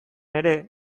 ere